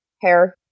hair